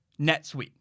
NetSuite